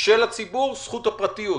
של הציבור, זכות הפרטיות.